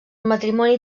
matrimoni